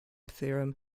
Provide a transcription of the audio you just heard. theorem